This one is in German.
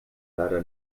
gerade